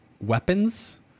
weapons